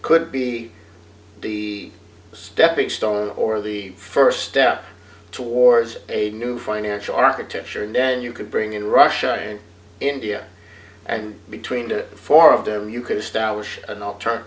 could be the stepping stone or the st step towards a new financial architecture and then you could bring in russia and india and between the four of them you could establish an alternat